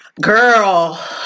Girl